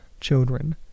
children